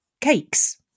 cakes